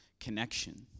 connection